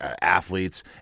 athletes